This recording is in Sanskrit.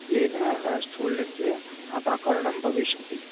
येन स्थूलस्य अपाकरणं भविष्यति